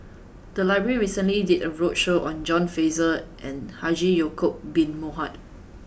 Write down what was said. the library recently did a roadshow on John Fraser and Haji Ya'Acob Bin Mohamed